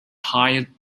entire